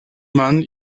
mind